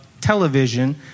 television